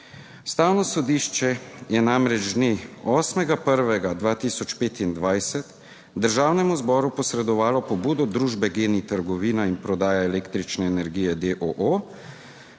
Ustavno sodišče je namreč dne 8. 1. 2025 Državnemu zboru posredovalo pobudo družbe GEN-I, trgovina in prodaja električne energije,